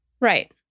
Right